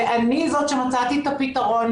ואני זאת שמצאתי את הפתרון,